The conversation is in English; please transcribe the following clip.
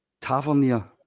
Tavernier